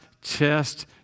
chest